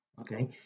Okay